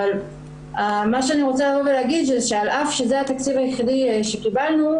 אבל מה שאני רוצה להגיד שעל אף שזה התקציב היחידי שקיבלנו,